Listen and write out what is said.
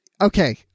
okay